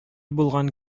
булган